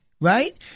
right